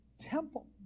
temple